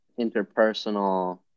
interpersonal